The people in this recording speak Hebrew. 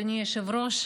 אדוני היושב-ראש,